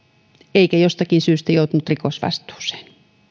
eikä jostakin syystä joutunut rikosvastuuseen